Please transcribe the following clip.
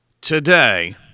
today